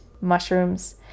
mushrooms